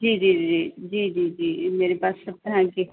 جی جی جی جی جی جی میرے پاس سب طرح کے